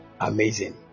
Amazing